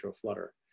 flutter